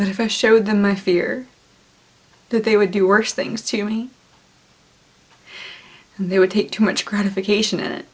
that if i showed them my fear that they would do worse things to me they would take too much gratification it